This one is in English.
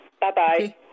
Bye-bye